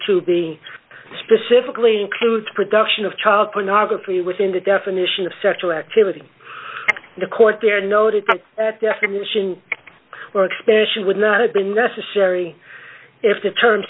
being specifically includes production of child pornography within the definition of sexual activity the court there noted that definition or expression would not have been necessary if the term